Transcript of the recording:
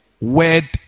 word